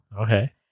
Okay